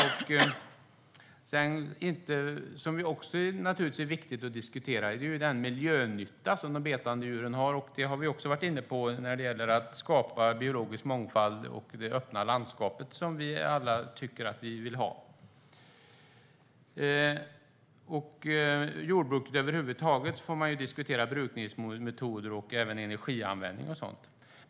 Det är också viktigt att diskutera miljönyttan av de betande djuren. Det har vi varit inne på när det gäller att skapa biologisk mångfald och det öppna landskap som vi alla vill ha. I jordbruket får man över huvud taget diskutera brukningsmetoder, energianvändning och sådant.